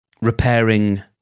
repairing